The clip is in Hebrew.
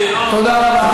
תודה רבה.